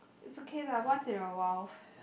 it's okay lah once in awhile